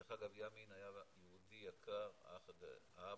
דרך אגב, ימין היה יהודי יקר, האבא,